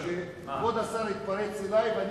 כבוד השר התפרץ אלי על